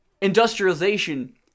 Industrialization